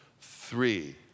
three